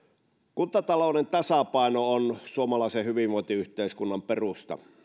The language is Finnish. kuntatalouden tasapaino on suomalaisen hyvinvointiyhteiskunnan perusta